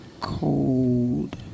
cold